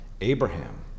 Abraham